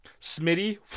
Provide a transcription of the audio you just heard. Smitty